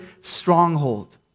stronghold